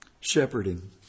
Shepherding